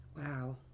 Wow